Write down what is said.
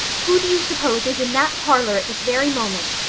who do you suppose is in that parlor at this very moment?